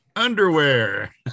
Underwear